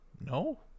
No